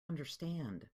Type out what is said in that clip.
understand